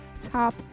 top